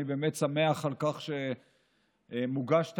אני באמת שמח על כך שמוגש תקציב.